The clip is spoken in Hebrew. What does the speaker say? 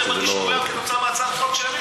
מרגיש מאוים כתוצאה מהצעת החוק שלי.